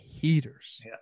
heaters